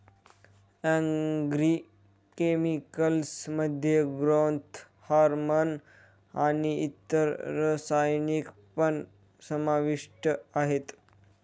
agro chemicals मध्ये growth hormone आणि इतर रसायन पण समाविष्ट आहेत